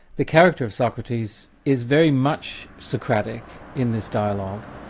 the character of socrates is very much socratic in this dialogue,